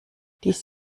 dies